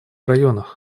районах